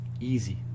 Easy